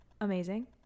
Amazing